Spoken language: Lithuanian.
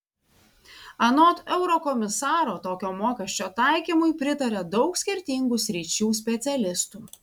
anot eurokomisaro tokio mokesčio taikymui pritaria daug skirtingų sričių specialistų